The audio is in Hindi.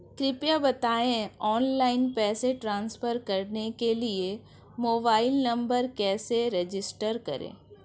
कृपया बताएं ऑनलाइन पैसे ट्रांसफर करने के लिए मोबाइल नंबर कैसे रजिस्टर करें?